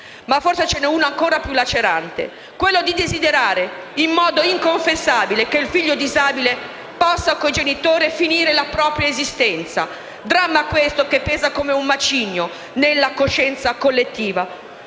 Ma forse ce n'è uno ancora più lacerante: desiderare in modo inconfessabile che il figlio disabile possa col genitore finire la propria esistenza, dramma che pesa come un macigno nella coscienza collettiva.